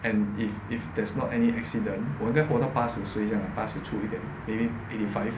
and if if there's not any accident 我应该活到八十岁这样啊八十出一点 maybe eighty five